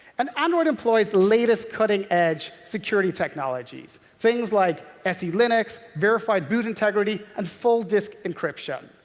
and android employs the latest cutting-edge security technologies. things like selinux, verified boot integrity, and full disk encryption.